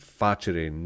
facere